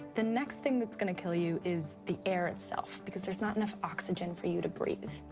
the next thing that's going to kill you is the air itself, because there's not enough oxygen for you to breathe.